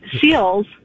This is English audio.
Seals